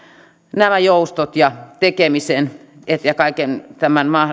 nämä joustot ja tekemisen kaiken tämän